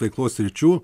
veiklos sričių